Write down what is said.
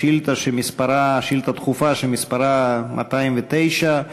שאילתה דחופה שמספרה 209,